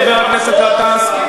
חבר הכנסת גטאס,